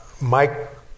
Mike